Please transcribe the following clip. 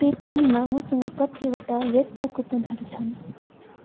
pay पलमा मसँग कतिवटा वैध कुपनहरू छन्